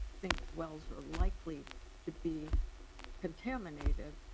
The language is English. think wells are likely to be contaminated.